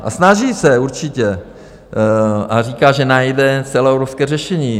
A snaží se určitě a říká, že najde celoevropské řešení.